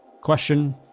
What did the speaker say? question